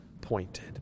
pointed